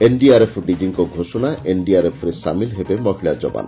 NDRF ଡିଜିଙ୍କ ଘୋଷଣା ଏନ୍ଡିଆର୍ଏଫ୍ରେ ସାମିଲ ହେବେ ମହିଳା ଯବାନ